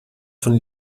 von